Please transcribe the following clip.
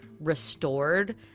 restored